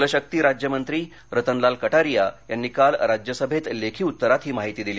जलशक्ती राज्यमंत्री रतन लाल कटारिया यांनी काल राज्यसभेत लेखी उत्तरात ही माहिती दिली